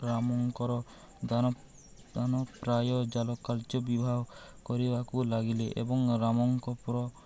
ରାମଙ୍କର ଦାନ ଦାନ ପ୍ରାୟ ଜାଲକାର୍ଯ୍ୟ ବିବାହ କରିବାକୁ ଲାଗିଲେ ଏବଂ ରାମଙ୍କ ପର